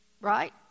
right